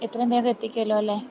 എത്രയും വേഗം എത്തിക്കുമല്ലോ അല്ലെ